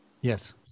Yes